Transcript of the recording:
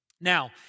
Now